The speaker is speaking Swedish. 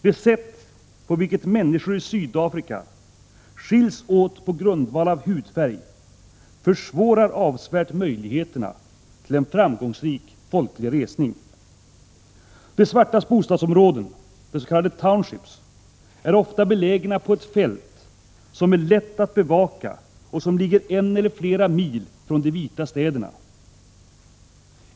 Det sätt på vilket människor i Sydafrika skiljs åt på grundval av hudfärg försvårar avsevärt möjligheterna till en framgångsrik folklig resning. De svartas bostadsområden, de s.k. townships, är ofta belägna på ett fält som är lätt att bevaka och som ligger en eller flera mil från de vitas städer.